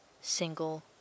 single